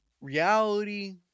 reality